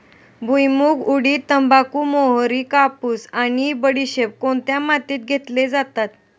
भुईमूग, उडीद, तंबाखू, मोहरी, कापूस आणि बडीशेप कोणत्या मातीत घेतली जाते?